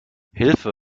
hilfe